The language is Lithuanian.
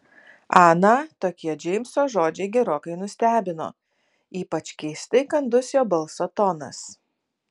aną tokie džeimso žodžiai gerokai nustebino ypač keistai kandus jo balso tonas